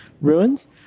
ruins